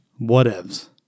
Whatevs